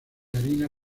harina